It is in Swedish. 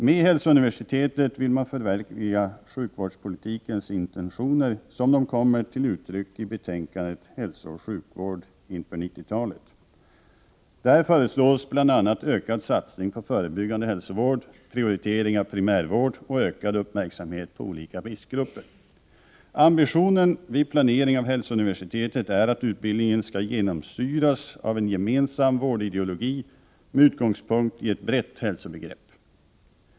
Med hälsouniversitetet vill man förverkliga sjukvårdspolitikens intentioner som de kommer till uttryck i betänkandet Hälsooch sjukvård inför 90-talet. Där föreslås bl.a. en ökad satsning på förebyggande hälsovård, prioritering av primärvård och ökad uppmärksamhet på olika riskgrupper. Ambitionen vid planeringen av hälsouniversitetet är att utbildningen skall genomsyras av en gemensam vårdideologi med utgångspunkt i ett brett hälsobegrepp.